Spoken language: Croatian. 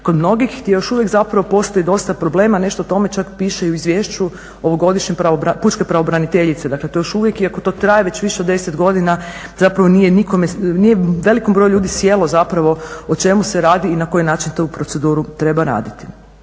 kod mnogih gdje još uvijek postoji dosta problema nešto o tome čak piše i u izvješću ovogodišnjem pučke pravobraniteljice. Dakle to je još uvijek iako to traje već više od 10 godina nije velikom broju ljudi sjelo o čemu se radi i na koji način tu proceduru treba raditi.